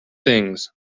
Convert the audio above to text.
things